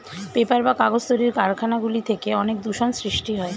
paper বা কাগজ তৈরির কারখানা গুলি থেকে অনেক দূষণ সৃষ্টি হয়